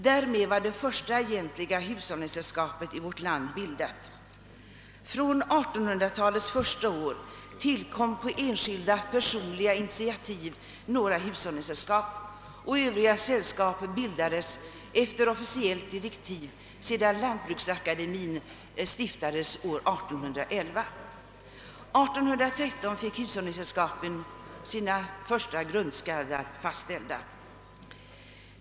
Därmed var det första egentliga hushållningssällskapet i vårt land bildat. Från 1800-talets första år tillkom på enskilda personliga initiativ några hushållningssällskap, och övriga sällskap bildades efter officiellt direktiv sedan lantbruksakademien instiftats år 1811. 1813 fick hushållningssällskapen = sina = första grundstadgar fastställda.